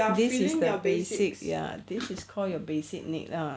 this is the basics ya this is call your basic need lah